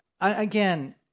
again